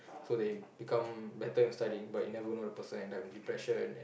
so that he become better at studying but you never know the person end up with depression